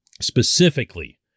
Specifically